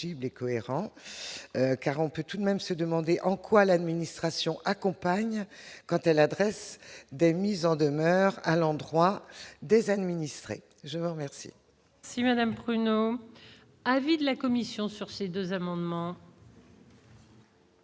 car on peut tout de même se demander en quoi l'administration accompagne quant à l'adresse des mises en demeure à l'endroit des administrés, je vous remercie. Si Madame avis de la Commission sur ces 2 amendements.